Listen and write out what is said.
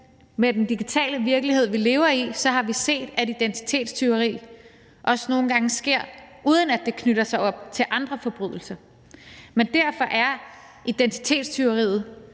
med den digitale virkelighed, vi lever i, har vi set, at identitetstyveri også nogle gange sker, uden at det er knyttet til andre forbrydelser. Men derfor er identitetstyveriet